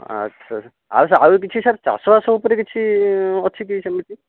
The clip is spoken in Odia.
ଆଚ୍ଛା ଆଉ ଆଉ କିଛି ସାର୍ ଚାଷ ବାସ ଉପରେ କିଛି ଅଛି କି ସେମିତି